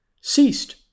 ceased